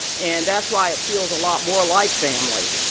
and that's why it feels a lot more like family